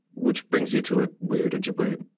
which brings you to a weird ojibwe